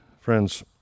Friends